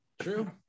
true